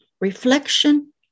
Reflection